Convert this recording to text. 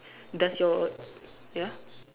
does your ya